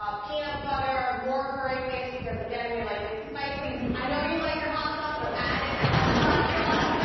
ah peanut butter, more curry paste, because again, we like it spicy. i know you like your hot sauce, so add it, add the hot sauce